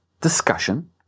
discussion